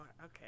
okay